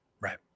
Right